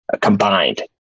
combined